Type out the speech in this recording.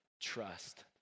trust